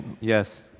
Yes